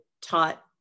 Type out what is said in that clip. taught